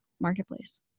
Marketplace